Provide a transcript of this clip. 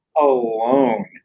alone